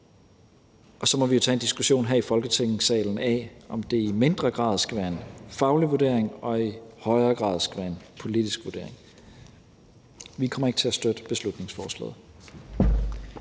Og så må vi jo her i Folketingssalen tage en diskussion af, om det i mindre grad skal være en faglig vurdering og i højere grad en politisk vurdering. Vi kommer ikke til at støtte beslutningsforslaget.